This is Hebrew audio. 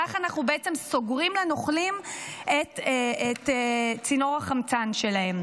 ככה אנחנו בעצם סוגרים לנוכלים את צינור החמצן שלהם.